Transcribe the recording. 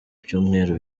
byumweru